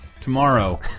Tomorrow